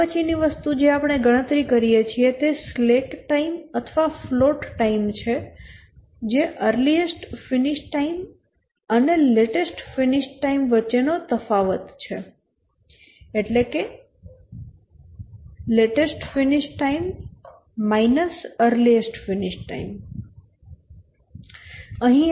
અહીં slack time અથવા float time એ અર્લીએસ્ટ ફિનિશ ટાઈમ અને લેટેસ્ટ ફિનિશ ટાઈમ વચ્ચેનો તફાવત છે જે 2 અઠવાડિયા નો છે